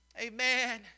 amen